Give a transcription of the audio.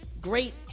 Great